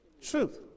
truth